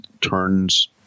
turns